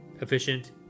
efficient